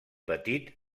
petit